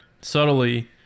subtly